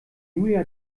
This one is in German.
julia